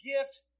gift